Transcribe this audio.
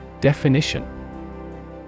Definition